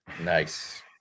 Nice